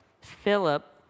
Philip